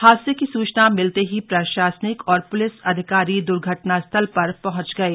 हादसे की सूचना मिलते ही प्रशासनिक और पुलिस अधिकारी दुर्घटना स्थल पर पहुॅच गये